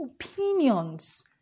opinions